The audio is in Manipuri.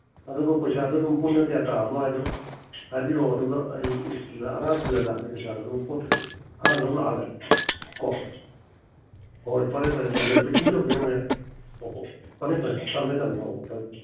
ꯑꯗꯨꯒ ꯄꯩꯁꯥꯗꯨ ꯑꯗꯨꯝ ꯄꯨꯟꯅ ꯀꯌꯥ ꯇꯥꯔꯕꯅꯣ ꯍꯥꯏꯗꯣ ꯍꯥꯕꯤꯔꯛꯑꯣ ꯑꯗꯨꯒ ꯑꯩ ꯑꯉꯥꯡ ꯊꯤꯜꯍꯜꯂꯛꯑꯒꯦ ꯄꯩꯁꯥꯗꯣ ꯑꯗꯨꯗꯨꯝ ꯄꯣꯠꯇꯨꯁꯨ ꯑꯉꯥꯡ ꯂꯧ ꯂꯥꯛꯍꯜꯂꯒꯦ ꯀꯣ ꯍꯣꯏ ꯐꯔꯦ ꯐꯔꯦ ꯊꯝꯖꯔꯦ ꯄꯦꯀꯤꯡ ꯇꯧꯕꯤꯔꯝꯃꯣ ꯌꯥꯔꯦ ꯍꯣ ꯍꯣ ꯐꯅꯤ ꯐꯅꯤ ꯊꯝꯃꯦ ꯊꯝꯃꯦ ꯍꯣ ꯍꯣ ꯐꯔꯦ ꯐꯔꯦ